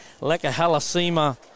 Lekahalasima